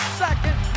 second